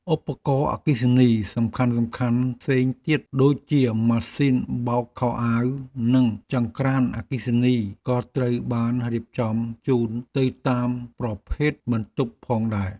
ឧបករណ៍អគ្គិសនីសំខាន់ៗផ្សេងទៀតដូចជាម៉ាស៊ីនបោកខោអាវនិងចង្ក្រានអគ្គិសនីក៏ត្រូវបានរៀបចំជូនទៅតាមប្រភេទបន្ទប់ផងដែរ។